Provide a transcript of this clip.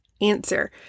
answer